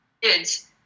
kids